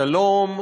שלום,